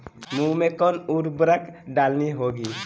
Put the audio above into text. मूंग में कौन उर्वरक डालनी होगी?